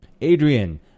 adrian